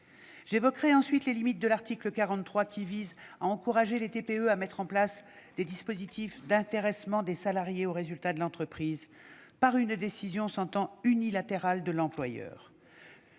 réjouis. Quant à l'article 43, qui vise à encourager les TPE à mettre en place des dispositifs d'intéressement des salariés au résultat de l'entreprise par une décision unilatérale de l'employeur,